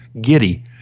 giddy